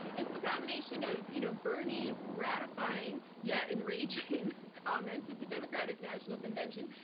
it's the combination of you know bernie's gratifying yet enraging comments at the democratic national convention,